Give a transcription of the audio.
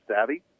savvy